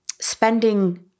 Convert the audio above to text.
spending